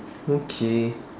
okay